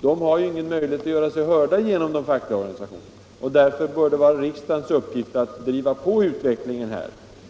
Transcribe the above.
De har ju ingen möjlighet att göra sig hörda genom de fackliga organisationerna, och därför bör det vara riksdagens uppgift att driva på,